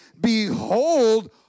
Behold